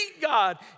God